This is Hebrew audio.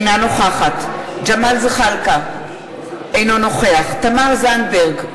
אינה נוכחת ג'מאל זחאלקה, אינו נוכח תמר זנדברג,